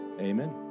amen